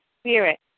Spirit